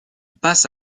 passe